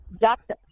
Doctor